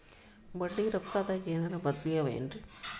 ಬಡ್ಡಿ ರೊಕ್ಕದಾಗೇನರ ಬದ್ಲೀ ಅವೇನ್ರಿ?